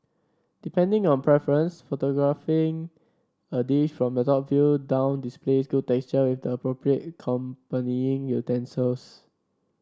depending on preference photographing a dish from the top view down displays good with the appropriate accompanying utensils